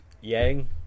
Yang